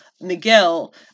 Miguel